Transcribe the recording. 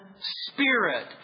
spirit